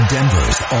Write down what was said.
Denver's